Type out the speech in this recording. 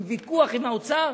עם ויכוח עם האוצר,